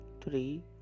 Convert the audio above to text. three